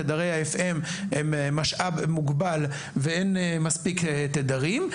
תדרי ה- FM הם משאב מוגבל ואין מספיק תדרים.